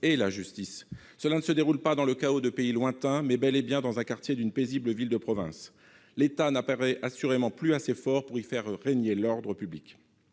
et la justice : cela ne se déroule pas dans le chaos de pays lointains, mais bel et bien dans un quartier d'une paisible ville de province. L'État n'apparaît assurément plus assez fort pour y faire régner l'ordre public.